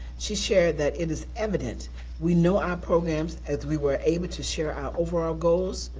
she shared that it is evident we know our programs as we were able to share our overall goals,